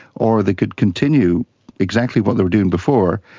or they could continue exactly what they were doing before,